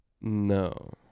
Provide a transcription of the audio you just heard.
No